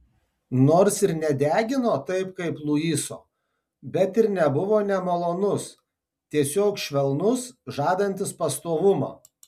nors nedegino taip kaip luiso bet ir nebuvo nemalonus tiesiog švelnus žadantis pastovumą